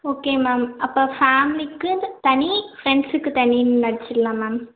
okay ma'am அப்போ ஃபேமிலிக்குன்னு தனி ஃப்ரெண்ட்ஸுக்கு தனின்னு அடிச்சிடலாம் மேம்